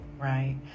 right